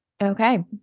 Okay